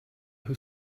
who